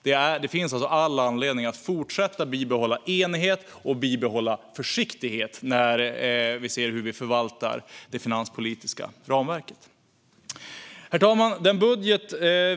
Det finns alltså all anledning att fortsätta bibehålla enighet och försiktighet när det gäller hur vi förvaltar det finanspolitiska ramverket. Herr talman!